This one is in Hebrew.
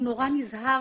הבג"ץ נזהר